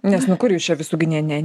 nes nu kur jūs čia visų gi ne ne